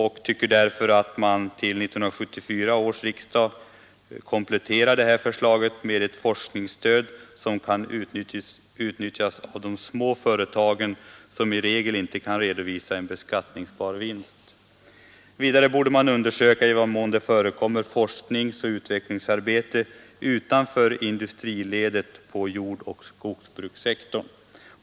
Vi tycker därför att man till 1974 års riksdag bör komplettera förslaget med ett forskningsstöd som kan utnyttjas av de små företagen, vilka i regel inte kan redovisa en beskattningsbar vinst. Vidare borde undersökas i vad mån det förekommer forskningsoch utvecklingsarbete utanför industriledet på jordoch skogsbrukssektorn.